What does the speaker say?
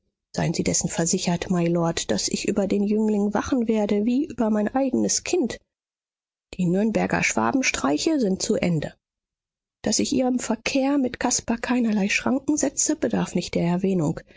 seien sie dessen versichert mylord daß ich über den jüngling wachen werde wie über mein eignes kind die nürnberger schwabenstreiche sind zu ende daß ich ihrem verkehr mit caspar keinerlei schranken setze bedarf nicht der erwähnung